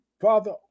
Father